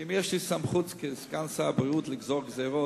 שאם יש לי סמכות כסגן שר הבריאות לגזור גזירות,